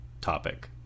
topic